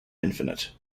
infinite